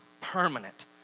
permanent